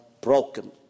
broken